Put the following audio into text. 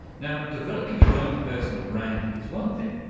now, developing your own personal brand is one thing.